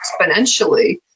exponentially